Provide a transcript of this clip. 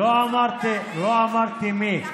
לא אמרתי מי,